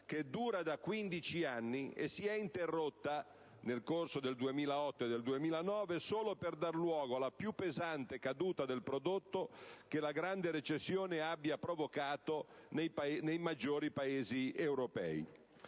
che dura da 15 anni e che si è interrotta nel corso del 2008 e del 2009 solo per dare luogo alla più pesante caduta del prodotto che la grande recessione abbia provocato nei maggiori Paesi europei;